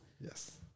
Yes